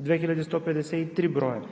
2153 броя.